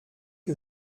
que